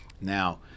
Now